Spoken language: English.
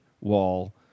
wall